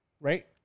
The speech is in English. Right